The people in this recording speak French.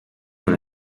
dans